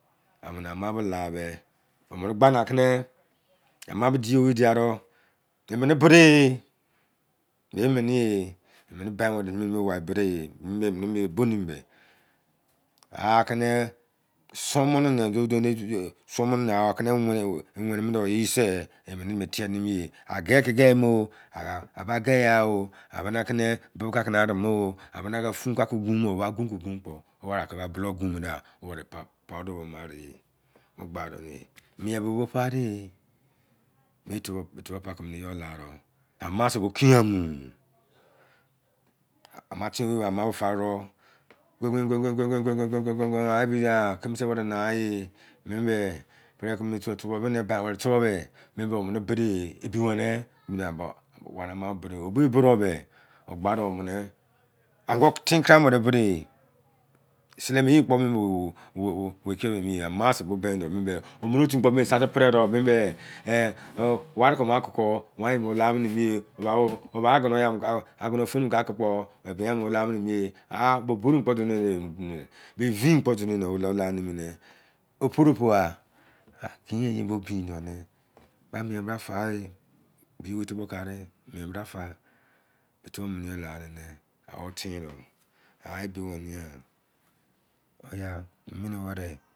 Amịnị ama be la be, omịnị gha ni akị ama be di owei dia dọ " ị mịnị bode i " be ịmịnị ye "ị mini bodee ị " be ịmịnị ye.ị mịnịn bain weri ne ba bo dee i mịnị mị bo nimi be akin somo moni ne aki ni i weni mo de eyi se, ị mịnị be tie nimi ye. A se kị ge mo o, a ba gegha ọ aba bibi aki na mi o. Amin aki fun ki akị gun kpọ weri aki na bulọụ gun mọ da, weri pụa dai be, wo mọ avi ye. Mu ghadọ be mien bibi be puade be tubọụ paks mu eyọọ la dọ amea se bo kianmu. Ama tin-owei bo amaa fari dọ gon- gon i. Aị pei a i a kimise werị naa ị pere kimi tubou be dee. Ebi weni. O be bode be ango tin kara mọ weri bo de. selemo eyi mọ kpọ o wo wkiyon ba emi ye, amase kpo beni dọ be. omoni-otú kpo starte pere dọ. Bemi be klari ko me ki kpo. wan eyi mọ wo la mini mi e, a ba agono fun mọ ki ah kpo bian mo wo la mini mie, be evin mo kpo mo la nim e, oporopo a i a kien eyi mọ bin me ni. ba miem bra fa e. Biotu be kami